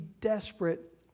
desperate